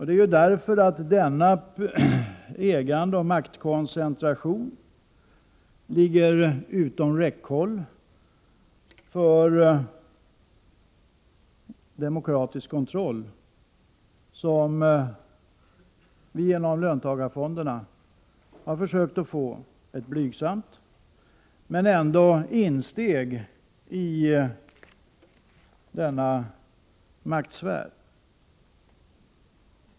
Det är därför att denna ägandeoch maktkoncentration ligger utom räckhåll för demokratisk kontroll som vi genom löntagarfonderna har försökt få ett visserligen blygsamt insteg i denna maktsfär.